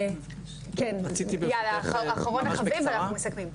כן, אחרון חביב ואנחנו מסכמים.